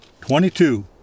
Twenty-two